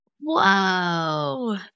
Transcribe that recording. Wow